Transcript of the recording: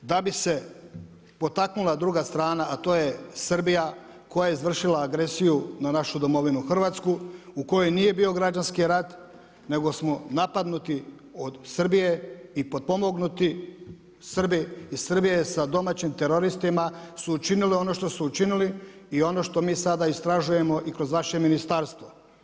Da bi se potaknula druga strana a to je Srbija, koja je izvršila agresiju na našu domovinu Hrvatsku u kojoj nije bio građanski rat nego smo napadnuti od Srbije i potpomognuti iz Srbije sa domaćim teroristima su učinili ono što su učinili, i ono što mi sada istražujemo i kroz vaše ministarstvo.